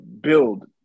build